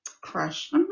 crush